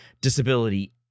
disability